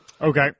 Okay